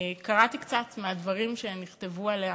קראתי קצת מהדברים שנכתבו עליה,